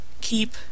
Keep